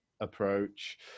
approach